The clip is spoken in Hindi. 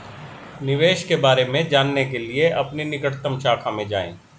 निवेश के बारे में जानने के लिए अपनी निकटतम शाखा में जाएं